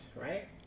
right